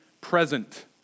present